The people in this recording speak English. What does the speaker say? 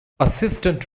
assistant